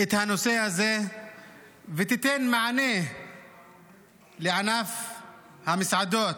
את הנושא הזה ותיתן מענה לענף המסעדות,